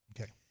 Okay